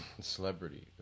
Celebrity